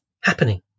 happening